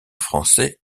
français